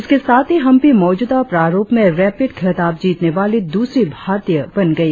इसके साथ ही हम्पी मौजूदा प्रारुप में रैपिड खिताब जीतने वाली दूसरी भारतीय बन गई